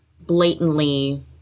blatantly